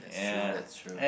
that's true that's true